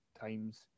times